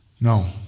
No